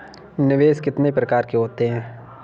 निवेश कितने प्रकार के होते हैं?